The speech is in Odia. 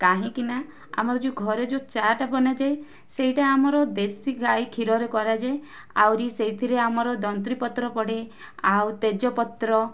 କାହିଁକି ନା ଆମର ଯେଉଁ ଘରେ ଯେଉଁ ଚା ଟା ବନାଯାଏ ସେଇଟା ଆମର ଦେଶୀ ଗାଈ କ୍ଷୀରରେ କରାଯାଏ ଆହୁରି ସେଇଥିରେ ଆମର ଦନ୍ତୁରି ପତ୍ର ପଡ଼େ ଆଉ ତେଜ ପତ୍ର